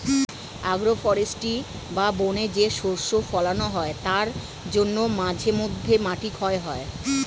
agro forestry বা বনে যে শস্য ফোলানো হয় তার জন্য মাঝে মধ্যে মাটি ক্ষয় হয়